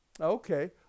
Okay